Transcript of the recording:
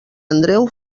andreu